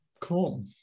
Cool